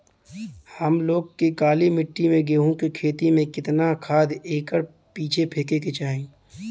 हम लोग के काली मिट्टी में गेहूँ के खेती में कितना खाद एकड़ पीछे फेके के चाही?